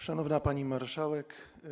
Szanowna Pani Marszałek!